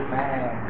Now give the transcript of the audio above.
man